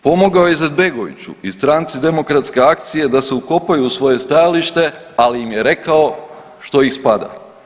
Pomogao je Izetbegoviću i stranci Demokratske akcije da se ukopaju u svoje stajalište ali im je rekao što ih spada.